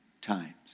times